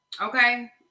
okay